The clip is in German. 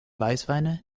weißweine